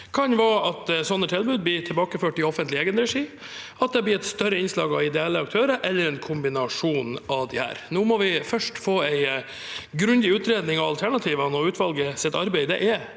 drift kan være at slike tilbud blir tilbakeført i offentlig egenregi, at det blir et større innslag av ideelle aktører – eller en kombinasjon av disse. Nå må vi først få en grundig utredning av alternativene. Utvalgets arbeid er